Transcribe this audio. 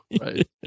Right